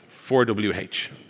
4WH